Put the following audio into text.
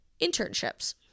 internships